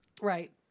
Right